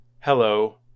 Hello